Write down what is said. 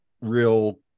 real